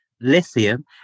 lithium